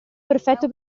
perfetto